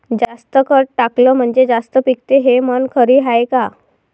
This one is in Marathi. जास्त खत टाकलं म्हनजे जास्त पिकते हे म्हन खरी हाये का?